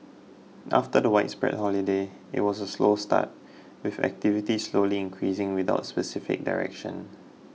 after the widespread holidays it was a slow start with activity slowly increasing without specific direction